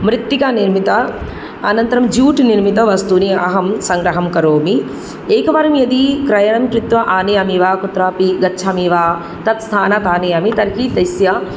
मृत्तिकानिर्मित अनन्तरं जूट् निर्मितवस्तूनि अहं सङ्ग्रहं करोमि एकवारं यदि क्रयणं कृत्वा आनयामि वा कुत्रापि गच्छामि वा तत् स्थानात् आनयामि तर्हि तस्य